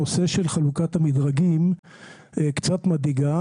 הנושא של חלוקת המדרגים קצת מדאיגה,